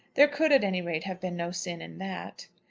there could, at any rate, have been no sin in that.